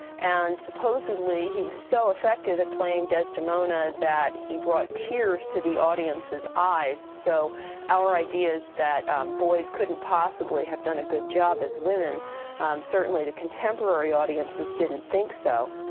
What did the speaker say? and supposedly he was so effective at playing desdemona that he brought tears to the audience's eyes, so our ideas that boys couldn't possibly have done a good job as women certainly the contemporary audiences didn't think so.